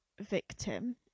victim